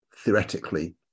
theoretically